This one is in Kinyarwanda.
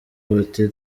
buti